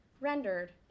rendered